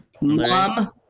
Mom